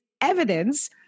evidence